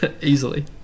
easily